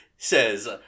says